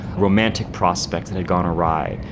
romantic prospects that had gone awry,